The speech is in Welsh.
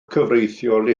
cyfreithiol